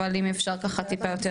אבל אם אפשר טיפה יותר,